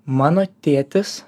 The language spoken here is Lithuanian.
mano tėtis